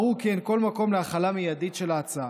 ברור כי אין כל מקום להחלה מיידית של ההצעה.